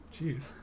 Jeez